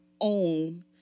own